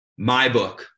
MyBook